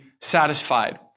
satisfied